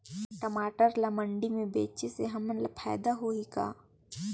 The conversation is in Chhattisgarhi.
टमाटर ला मंडी मे बेचे से हमन ला फायदा होही का?